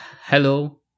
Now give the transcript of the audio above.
Hello